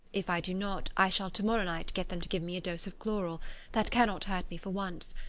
if i do not, i shall to-morrow night get them to give me a dose of chloral that cannot hurt me for once,